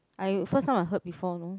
I first time I heard before know